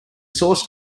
source